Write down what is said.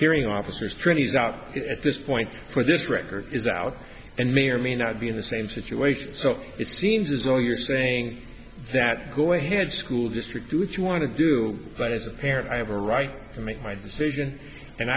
hearing officers trainees out at this point for this record is out and may or may not be in the same situation so it seems as though you're saying that go ahead school district which you want to do but as a parent i have a right to make my decision and